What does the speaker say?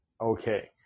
okay